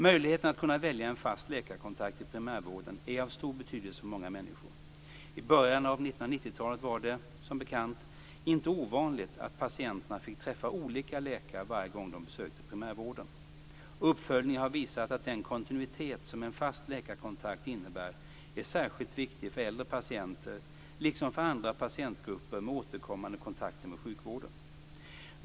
Möjligheten att välja en fast läkarkontakt i primärvården är av stor betydelse för många människor. I början av 1990-talet var det - som bekant - inte ovanligt att patienterna fick träffa olika läkare varje gång de besökte primärvården. Uppföljningar har visat att den kontinuitet som en fast läkarkontakt innebär är särskilt viktig för äldre patienter liksom för andra patientgrupper med återkommande kontakter med sjukvården.